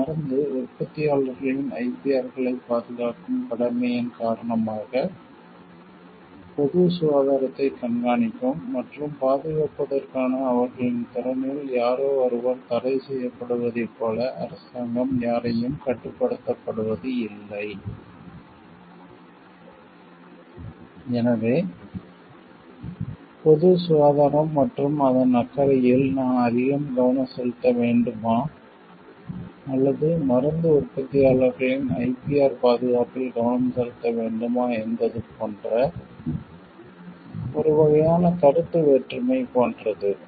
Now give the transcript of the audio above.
இந்த மருந்து உற்பத்தியாளர்களின் IPR களைப் பாதுகாக்கும் கடமையின் காரணமாக பொது சுகாதாரத்தைக் கண்காணிக்கும் மற்றும் பாதுகாப்பதற்கான அவர்களின் திறனில் யாரோ ஒருவர் தடைசெய்யப்படுவதைப் போல அரசாங்கம் யாரையும் கட்டுப்படுத்துவது இல்லை எனவே பொது சுகாதாரம் மற்றும் அதன் அக்கறையில் நான் அதிக கவனம் செலுத்த வேண்டுமா அல்லது மருந்து உற்பத்தியாளர்களின் ஐபிஆர் பாதுகாப்பில் கவனம் செலுத்த வேண்டுமா என்பது போன்ற ஒரு வகையான கருத்து வேற்றுமை போன்றது